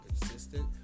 consistent